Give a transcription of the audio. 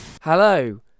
Hello